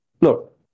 Look